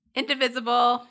indivisible